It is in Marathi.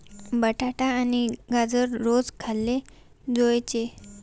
बटाटा आणि गाजर रोज खाल्ले जोयजे